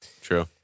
true